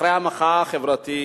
אחרי המחאה החברתית,